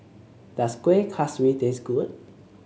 does Kuih Kaswi taste good